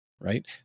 right